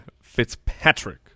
Fitzpatrick